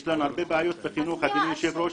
יש לנו הרבה בעיות בחינוך, אדוני היושב-ראש.